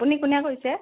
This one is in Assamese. আপুনি কোনে কৈছে